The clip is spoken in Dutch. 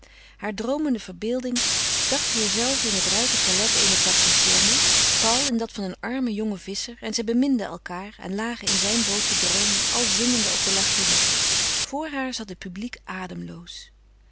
haar droomende verbeelding dacht heurzelve in het rijke toilet eener patricienne paul in dat van een armen jongen visscher en zij beminden elkaâr en lagen in zijn boot te droomen al zingende op de lagune voor haar zat het publiek ademloos